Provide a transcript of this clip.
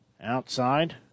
outside